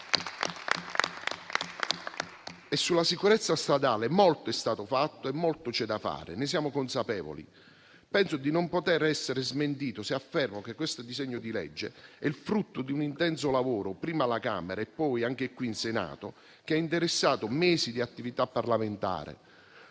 Sulla sicurezza stradale, molto è stato fatto e molto c'è da fare, ne siamo consapevoli. Penso di non poter essere smentito se affermo che questo disegno di legge è il frutto di un intenso lavoro prima alla Camera e poi anche qui in Senato, che ha interessato mesi di attività parlamentare,